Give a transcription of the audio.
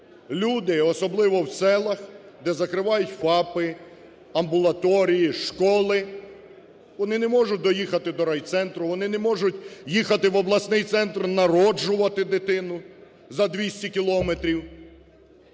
Люди, особливо у селах, де закривають ФАПи, амбулаторії, школи, вони не можуть доїхати до райцентру, вони не можуть їхати в обласний центр народжувати дитину за 200 кілометрів.